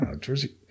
Jersey